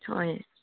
হয়